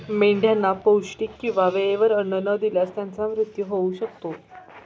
मेंढ्यांना पौष्टिक किंवा वेळेवर अन्न न दिल्यास त्यांचा मृत्यू होऊ शकतो